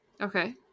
Okay